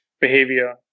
behavior